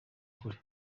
kure